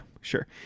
sure